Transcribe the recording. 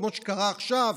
כמו שקרה עכשיו,